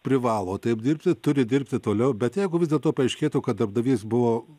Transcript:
privalo taip dirbti turi dirbti toliau bet jeigu vis dėlto paaiškėtų kad darbdavys buvo